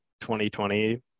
2020